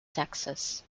texas